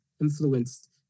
influenced